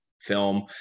film